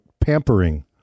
pampering